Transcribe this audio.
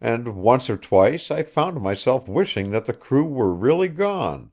and once or twice i found myself wishing that the crew were really gone,